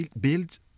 build